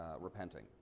repenting